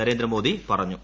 നരേന്ദ്രമോദി പറഞ്ഞു